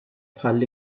bħall